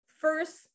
first